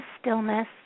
stillness